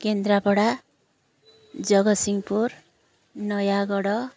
Kendrapara Jagatsinghpur Nayagarh